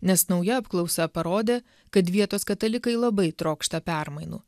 nes nauja apklausa parodė kad vietos katalikai labai trokšta permainų